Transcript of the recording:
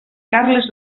carles